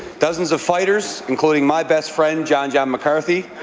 dozens of fighters, including my best friend john john mccarthy,